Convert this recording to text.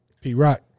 P-Rock